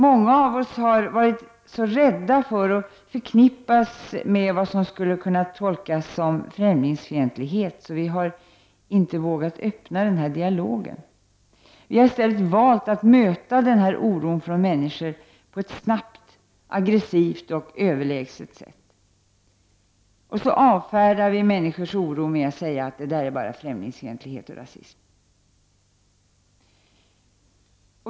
Många av oss har varit så rädda för att förknippas med vad som skulle kunna tolkas som främlingsfientlighet, att vi inte har vågat öppna denna dialog. Vi har i stället valt att möta denna oro från människor på ett snabbt, aggressivt och överlägset sätt. Så avfärdar vi människors oro med att säga att det bara handlar om främlingsfientlighet och rasism.